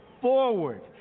forward